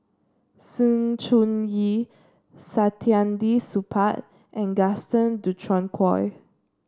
Sng Choon Yee Saktiandi Supaat and Gaston Dutronquoy